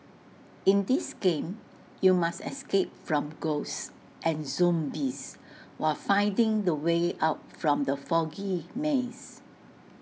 in this game you must escape from ghosts and zombies while finding the way out from the foggy maze